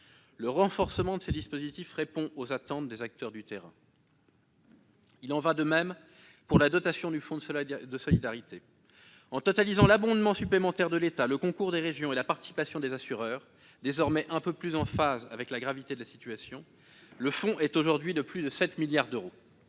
Le renforcement de ces dispositifs répond aux attentes des acteurs du terrain. Il en va de même pour la dotation du fonds de solidarité. En totalisant l'abondement supplémentaire de l'État, le concours des régions et la participation des assureurs, désormais un peu plus en phase avec la gravité de la situation, le fonds est aujourd'hui doté de plus de 7 milliards d'euros.